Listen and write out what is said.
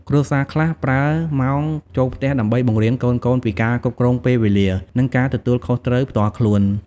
គ្រួសារខ្លះប្រើម៉ោងចូលផ្ទះដើម្បីបង្រៀនកូនៗពីការគ្រប់គ្រងពេលវេលា និងការទទួលខុសត្រូវផ្ទាល់ខ្លួន។